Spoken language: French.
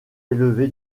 élevé